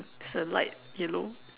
it's a light yellow